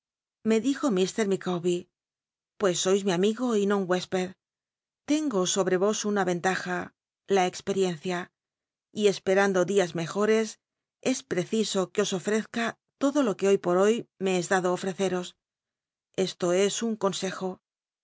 me dijo ii micawbcr pues sois mi amigo y no un hucsped tengo sobre ros nnn enlaja la experiencia y espctando dia mejores es preciso qnc os ofczca todo lo que hoy po hoy os esto es un consejo